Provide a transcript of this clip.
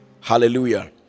hallelujah